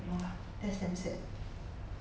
!wah! that's damn sad